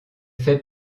fait